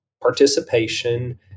participation